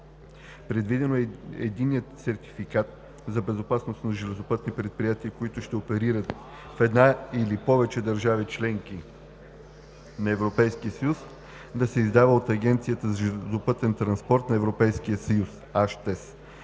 Предвидено е Единният сертификат за безопасност на железопътни предприятия, които ще оперират в една или повече държави – членки на Европейския съюз, да се издава от Агенцията за железопътен транспорт на Европейския съюз (АЖТЕС).